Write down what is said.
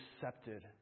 accepted